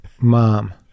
mom